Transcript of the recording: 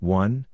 one